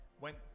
Went